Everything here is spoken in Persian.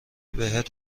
بهت